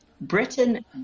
Britain